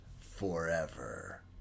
forever